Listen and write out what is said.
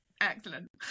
excellent